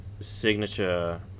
signature